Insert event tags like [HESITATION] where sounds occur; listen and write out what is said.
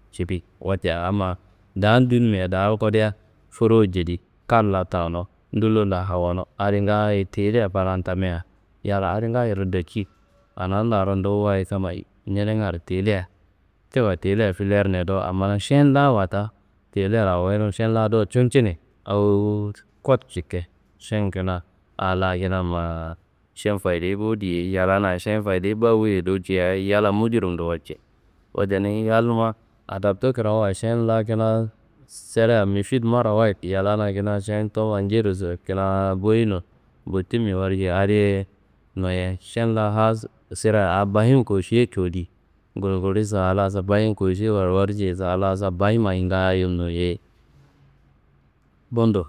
[HESITATION] wote a ma dan dunima da kodea furu jedi. Kan la tawuno, ndulo la awono, adi ngaaye tela fadan tamiya yala adi ngaayere danci. Ana laro nduwayi kamayi ñenengaro tela tewa tela fileyirne do hamman šen laawa ta telaro awoyino šen la do cuncine awo [HESITATION] kod cike šen kina ala kina ma [HESITATION] šen fadeyi bo diye yalana šen fadeyi ba wuyei do ciya yala mujurum do walcei. Wote, niyi yalnumma adabtu kramuwa šen la kina sera mifit marrawayit yalana kina ŝen tumanjeriso kina boyin nun botummiye warcei. Adiye noye, šen la haas sira a bahim košiye codi. Gulili salaso bahim košiye wawarce salaso bahimmayi ngaayo noyei. Bundo,